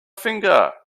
finger